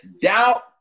Doubt